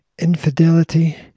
Infidelity